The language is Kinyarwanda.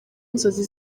inzozi